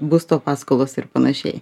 būsto paskolas ir panašiai